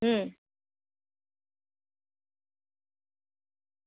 હુમ